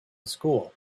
school